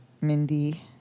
Mindy